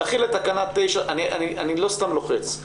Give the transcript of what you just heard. אני לא סתם לוחץ.